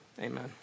amen